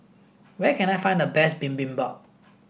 where can I find the best Bibimbap